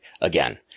again